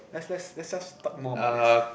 let's let's let's just talk more about this